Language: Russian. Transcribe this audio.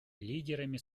лидерами